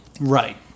Right